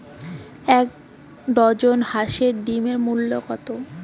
এক ডজন হাঁসের ডিমের মূল্য কত?